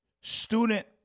student